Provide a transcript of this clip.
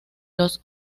los